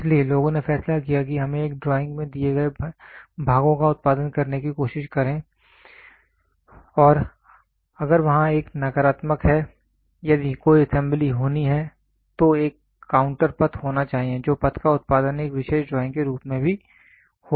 इसलिए लोगों ने फैसला किया कि हमें एक ड्राइंग में दिए गए भागों का उत्पादन करने की कोशिश करें और अगर वहाँ एक नकारात्मक है यदि कोई असेंबली होनी है तो एक काउंटर पथ होना चाहिए जो पथ का उत्पादन एक विशेष ड्राइंग के रूप में भी होगा